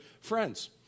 friends